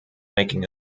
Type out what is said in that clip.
making